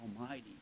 Almighty